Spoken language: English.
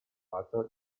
battle